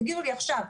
תגידו לי עכשיו,